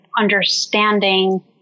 understanding